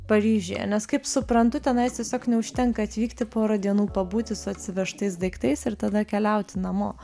paryžiuje nes kaip suprantu tenais tiesiog neužtenka atvykti porą dienų pabūti su atsivežtais daiktais ir tada keliauti namo